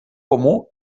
comú